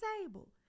table